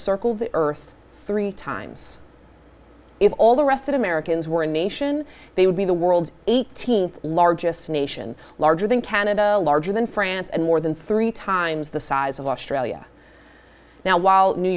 circle the earth three times if all the rest of americans were a nation they would be the world's th largest nation larger than canada larger than france and more than three times the size of australia now